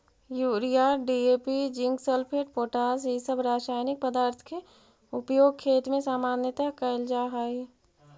urea, DAP, zinc sulphate, potash इ सब रसायनिक पदार्थ के उपयोग खेत में सामान्यतः कईल जा हई